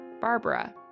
Barbara